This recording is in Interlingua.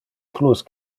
plus